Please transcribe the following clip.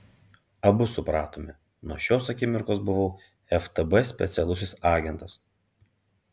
abu supratome nuo šios akimirkos buvau ftb specialusis agentas